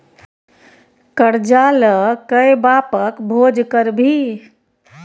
करजा ल कए बापक भोज करभी?